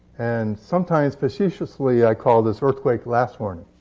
and sometimes facetiously, i call this earthquake last warning.